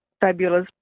fabulous